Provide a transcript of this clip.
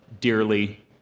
dearly